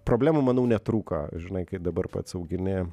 problemų manau netrūko žinai kai dabar pats augini